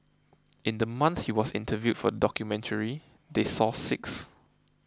in the month he was interviewed for documentary they saw six